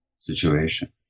situation